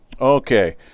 Okay